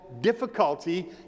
difficulty